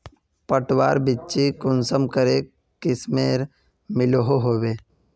पटवार बिच्ची कुंसम करे किस्मेर मिलोहो होबे?